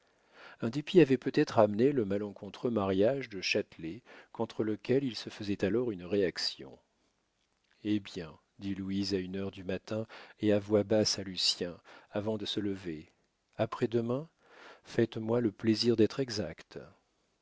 un dépit avait peut-être amené le malencontreux mariage de châtelet contre lequel il se faisait alors une réaction eh bien dit louise à une heure du matin et à voix basse à lucien avant de se lever après-demain faites-moi le plaisir d'être exact